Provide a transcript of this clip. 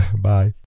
Bye